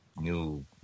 new